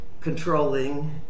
controlling